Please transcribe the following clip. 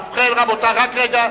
חיים אורון, רגע.